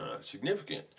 Significant